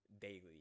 daily